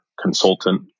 consultant